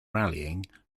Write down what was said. rallying